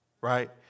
right